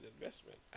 investment